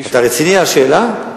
אתה רציני על השאלה?